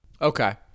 Okay